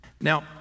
Now